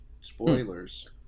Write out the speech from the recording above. spoilers